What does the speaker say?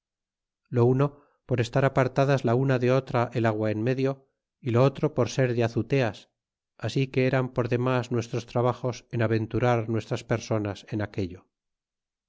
lo uno por estar apartadas la una de otra el agua en medio y lo otro por ser de azuteas así que eran por demas nuestros trabajos en aventurar nuestras personas en aquello